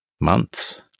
months